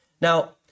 Now